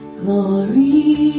glory